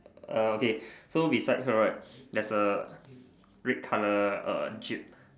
uh okay so beside her right there's a red color uh jeep